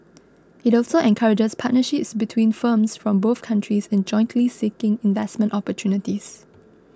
it also encourages partnerships between firms from both countries in jointly seeking investment opportunities